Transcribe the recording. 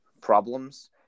problems